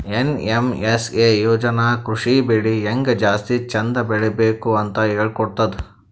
NMSA ಯೋಜನಾ ಕೃಷಿ ಬೆಳಿ ಹೆಂಗ್ ಜಾಸ್ತಿ ಚಂದ್ ಬೆಳಿಬೇಕ್ ಅಂತ್ ಹೇಳ್ಕೊಡ್ತದ್